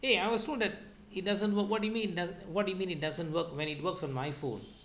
eh I was told that it doesn't work what do you mean does what do you mean it doesn't work when it works on my phone